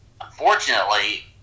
unfortunately